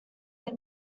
they